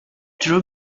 true